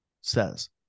says